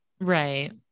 Right